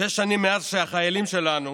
שש שנים מאז שהחיילים שלנו